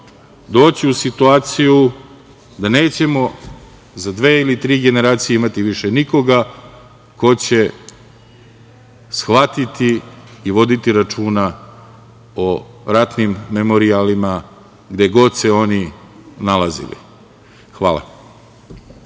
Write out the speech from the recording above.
doći u situaciju da nećemo za dve ili tri generacije imati više nikoga ko će shvatiti i voditi računa o ratnim memorijalima gde god se oni nalazili. Hvala.